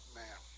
man